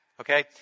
okay